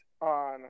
on